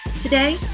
Today